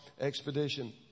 expedition